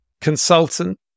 consultant